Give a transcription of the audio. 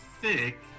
thick